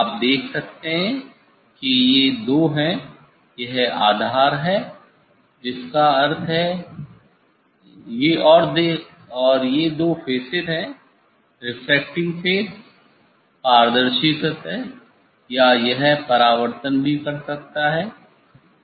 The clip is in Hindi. आप देख सकते हैं कि ये दो हैं यह आधार है जिसका अर्थ है ये और ये दो फेसेस हैं रेफ्रेक्टिंग फेस पारदर्शी सतह या यह परावर्तन भी कर सकता है